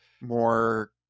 more